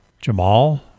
Jamal